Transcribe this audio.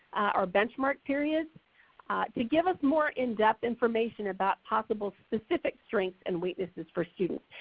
our benchmark period to give us more in-depth information about possible specific strengths and weaknesses for students.